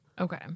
Okay